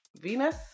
Venus